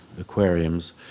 aquariums